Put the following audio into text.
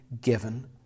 given